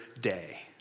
day